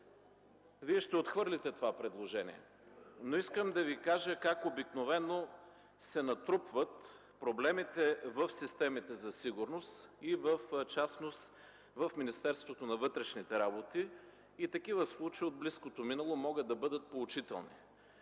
Вие ще отхвърлите това предложение. Искам обаче да Ви кажа как обикновено се натрупват проблемите в системите за сигурност, в частност в Министерството на вътрешните работи. Такива случаи от близкото минало могат да бъдат поучителни,